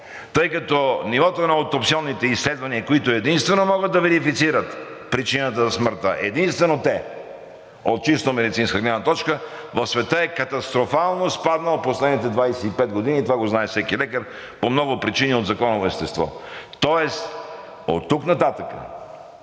тъй като нивото на аутопсионните изследвания, които единствено могат да верифицират причината за смъртта, единствено те от чисто медицинска гледна точка, в света е катастрофално спаднало последните 25 години – това го знае всеки лекар – по много причини от законово естество. Тоест оттук нататък